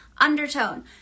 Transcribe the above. undertone